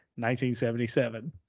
1977